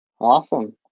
Awesome